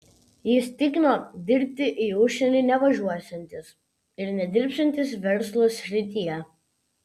jis tikino dirbti į užsienį nevažiuosiantis ir nedirbsiantis verslo srityje